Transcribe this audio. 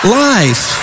life